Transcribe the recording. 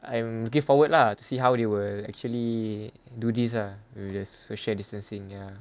I am looking forward lah to see how they will actually do this ah with the social distancing ya